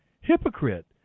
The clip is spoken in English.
Hypocrite